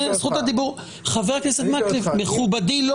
אבל אני שואל אותך -- חבר הכנסת מקלב מכובדי,